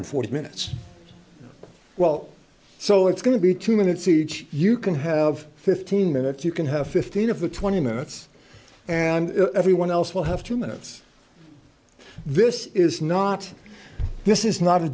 and forty minutes well so it's going to be two minutes each you can have fifteen minutes you can have fifteen of the twenty minutes and everyone else will have two minutes this is not this is not a